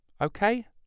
Okay